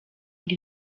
ngo